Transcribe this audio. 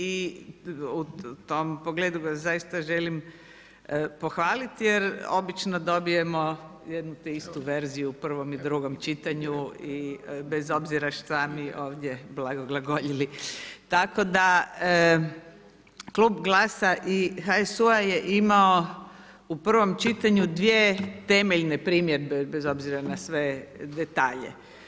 I u tom pogledu ga zaista želim pohvaliti, jer obično dobijemo jednu te istu verziju u prvom i drugom čitanju i bez obzira šta mi ovdje blago glagoljili, tako da Klub GLAS-a i HSU-a je imao u prvom čitanju, dvije teme i ne primjedbe bez obzira na sve detalje.